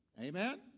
Amen